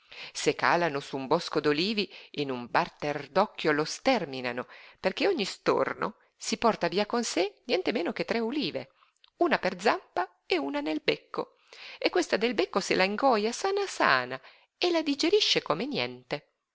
se calano su un bosco d'olivi in un batter d'occhio lo stèrminano perché ogni storno si porta via con sé nientemeno che tre ulive una per zampa e una nel becco e questa del becco se la ingoja sana sana e la digerisce come niente